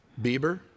Bieber